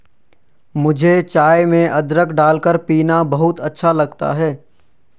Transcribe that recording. मुझे चाय में अदरक डालकर पीना बहुत अच्छा लगता है